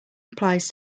applies